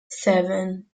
seven